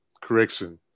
correction